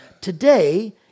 today